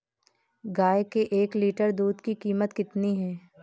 गाय के एक लीटर दूध की कीमत कितनी है?